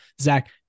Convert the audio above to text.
Zach